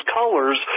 colors